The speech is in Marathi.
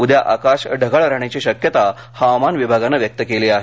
उद्या आकाश ढगाळ राहण्याची शक्यता हवामान विभागान व्यक्त केली आहे